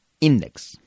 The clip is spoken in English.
Index